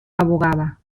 abogada